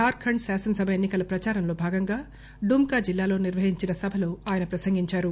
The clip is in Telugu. ఝార్ఖండ్ శాసనసభ ఎన్నికల ప్రదారంలో భాగంగా డుంకా జిల్లాలో నిర్వహించిన సభలో ఆయన ప్రసంగించారు